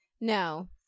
no